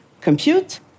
compute